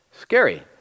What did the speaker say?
scary